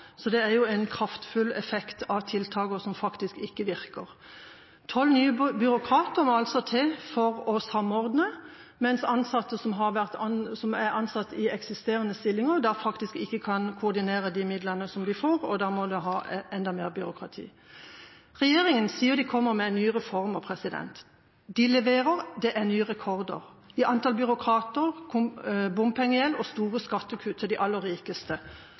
så det er jo en kraftfull effekt av tiltak som faktisk ikke virker. Tolv nye byråkrater må altså til for å samordne, mens ansatte som er i eksisterende stillinger, faktisk ikke kan koordinere de midlene som de får, og da må man ha enda mer byråkrati. Regjeringa sier den kommer med nye reformer. Det de leverer, er nye rekorder: i antall byråkrater, bompengegjeld og store skattekutt til de aller rikeste.